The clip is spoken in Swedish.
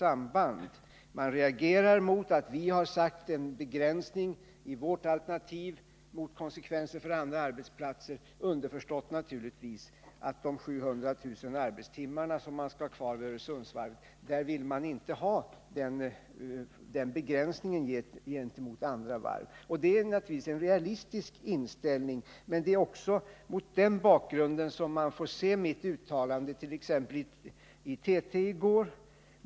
Socialdemokraterna reagerar mot att vi satt en begränsning i vårt alternativ till skydd för andra arbetsplatser — underförstått naturligtvis att de 700 000 arbetstimmar som skall vara kvar vid Öresundsvarvet inte kommer att drabba verksamheten vid andra varv. Det är naturligtvis en realistisk inställning. Men det är också mot den bakgrunden som man får se mitt uttalande t.ex. till TT i går.